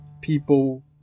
people